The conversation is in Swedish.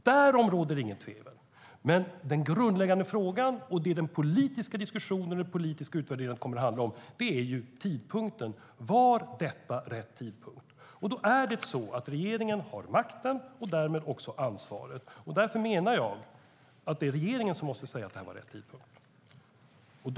Därom råder inget tvivel. Men den grundläggande frågan - och det är vad den politiska diskussionen och den politiska utvärderingen kommer att handla om - gäller tidpunkten. Var detta rätt tidpunkt? Regeringen har valt den och har därmed också ansvaret. Därför menar jag att det är regeringen som måste säga att det här var rätt tidpunkt.